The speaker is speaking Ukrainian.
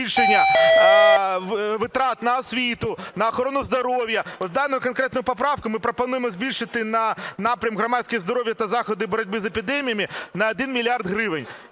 збільшення витрат на освіту, на охорону здоров'я. Даною конкретною поправкою ми пропонуємо збільшити на напрям "Громадське здоров'я та заходи боротьби з епідеміями" на 1 мільярд гривень.